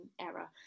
error